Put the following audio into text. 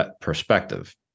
perspective